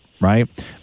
right